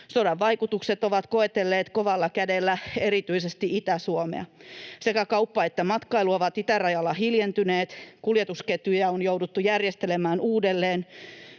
Sodan vaikutukset ovat koetelleet kovalla kädellä erityisesti Itä-Suomea. Sekä kauppa että matkailu ovat itärajalla hiljentyneet, kuljetusketjuja on jouduttu järjestelemään uudelleen.